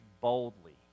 boldly